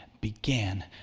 began